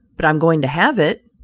but i am going to have it.